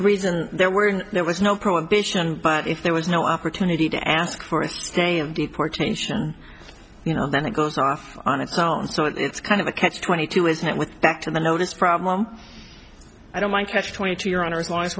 reason there were in there was no prohibition but if there was no opportunity to ask for a stay of deportation you know then it goes off on its own so it's kind of a catch twenty two is met with back to the notice problem i don't mind catch twenty two your honor as long as